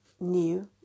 new